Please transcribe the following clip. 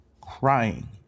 Crying